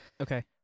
Okay